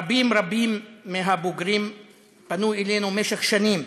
רבים רבים מהבוגרים פנו אלינו במשך שנים